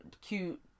cute